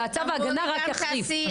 וצו ההגנה רק יחריף.